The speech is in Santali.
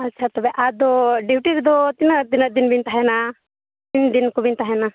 ᱟᱪᱪᱷᱟ ᱛᱚᱵᱮ ᱟᱫᱚ ᱰᱤᱣᱩᱴᱤ ᱨᱮᱫᱚ ᱛᱤᱱᱟᱹᱜ ᱛᱤᱱᱟᱹᱜ ᱫᱤᱱ ᱵᱮᱱ ᱛᱟᱦᱮᱱᱟ ᱛᱤᱱ ᱫᱤᱱ ᱠᱚᱵᱮᱱ ᱛᱟᱦᱮᱱᱟ